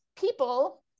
people